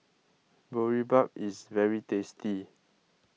Boribap is very tasty